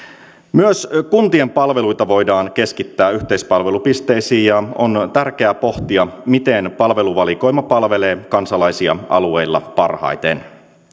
myös kuntien palveluita voidaan keskittää yhteispalvelupisteisiin ja on tärkeää pohtia miten palveluvalikoima palvelee kansalaisia alueilla parhaiten